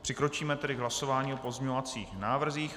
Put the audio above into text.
Přikročíme tedy k hlasování o pozměňovacích návrzích.